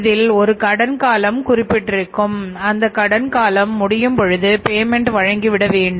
இதில் ஒரு கடன் காலம் குறிப்பிடப்பட்டிருக்கும் அந்த கடன் காலம் முடியும் பொழுது பேமெண்ட் வழங்கி விட வேண்டும்